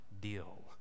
deal